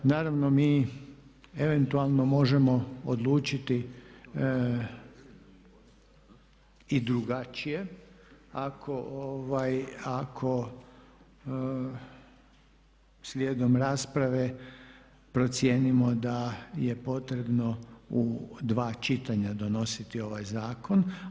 Naravno mi eventualno možemo odlučiti i drugačije ako slijedom rasprave procijenimo da je potrebno u dva čitanja donositi ovaj zakon.